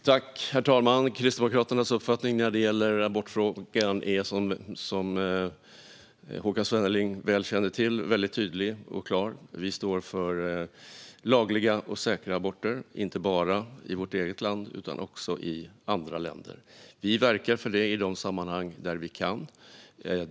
Herr talman! Kristdemokraternas uppfattning när det gäller abortfrågan är, som Håkan Svenneling väl känner till, mycket tydlig och klar. Vi står för lagliga och säkra aborter, inte bara i vårt eget land utan också i andra länder. Vi verkar för det i de sammanhang vi kan.